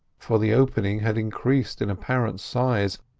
for the opening had increased in apparent size,